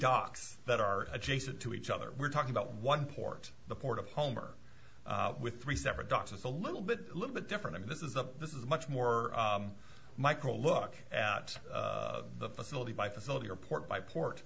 docks that are adjacent to each other we're talking about one port the port of homer with three separate docks it's a little bit a little bit different i mean this is the this is much more micro look at the facility by facility or port by